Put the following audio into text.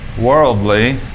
worldly